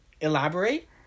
elaborate